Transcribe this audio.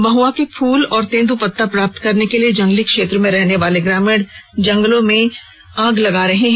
महुआ के फूल और तेंद्रपत्ता को प्राप्त करने के लिए जंगली क्षेत्र में रहने वाले ग्रामीण जंगलों में आग लगा रहे हैं